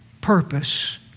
Purpose